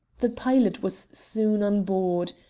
the pilot was soon on board.